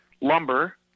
lumber